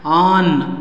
on